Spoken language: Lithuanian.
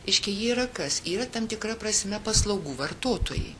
reiškia jie yra kas yra tam tikra prasme paslaugų vartotojai